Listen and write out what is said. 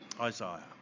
Isaiah